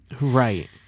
right